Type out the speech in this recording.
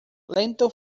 lento